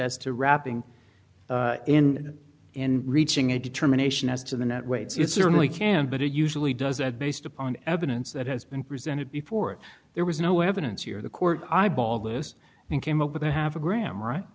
to wrapping in in reaching a determination as to the net weights it certainly can but it usually does that based upon evidence that has been presented before there was no evidence here the court eyeball this and came up with a have a gram right